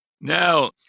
Now